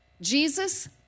jesus